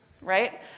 right